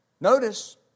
Notice